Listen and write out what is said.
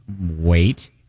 Wait